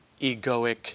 egoic